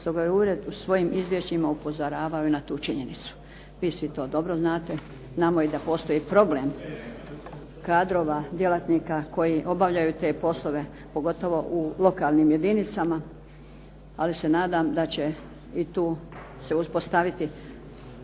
Stoga je ured u svojim izvješćima upozoravao i na tu činjenicu. Vi svi to dobro znate. Znamo i da postoji problem kadrova, djelatnika koji obavljaju te poslove pogotovo u lokalnim jedinicama ali se nadam da će i tu se uspostaviti